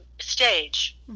stage